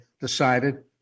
decided